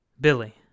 Billy